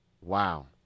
Wow